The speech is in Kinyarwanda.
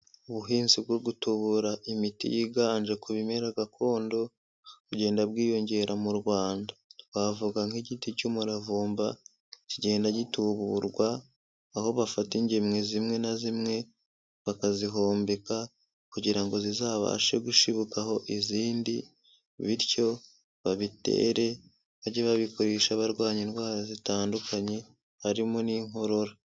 Ubuhinzi bwo gutubura imiti yiganje ku bimera gakondo, bugenda bwiyongera mu Rwanda, twavuga nk'igiti cy'umuravumba kigenda gituburwa, aho bafata ingemwe zimwe na zimwe, bakazihombeka kugira ngo zizabashe gushibukaho izindi bityo babitere bajye babikoresha barwanya indwara zitandukanye harimo n'inkorora.